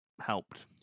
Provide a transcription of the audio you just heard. helped